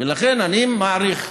ולכן אני מעריך,